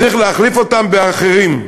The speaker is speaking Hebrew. צריך להחליף אותם באחרים.